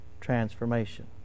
transformation